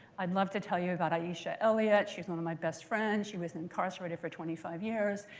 i'd love to tell you about aisha elliot. she's one of my best friends. she was incarcerated for twenty five years,